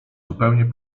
zupełnie